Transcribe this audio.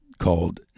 called